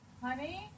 Honey